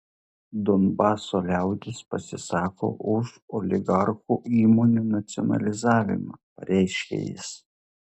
donbaso liaudis pasisako už oligarchų įmonių nacionalizavimą pareiškė jis